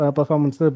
performance